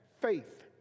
Faith